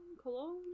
Cologne